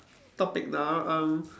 topic now um